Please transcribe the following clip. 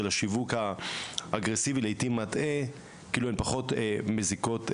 השיווק האגרסיבי לעיתים מטעה כאילו הן פחות מזיקות לבריאות.